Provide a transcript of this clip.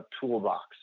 toolbox